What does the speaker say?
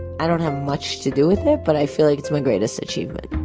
i don't have much to do with it, but i feel like it's my greatest achievement.